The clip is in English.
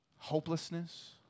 hopelessness